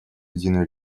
единую